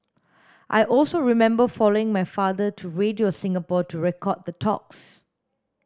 I also remember following my father to Radio Singapore to record the talks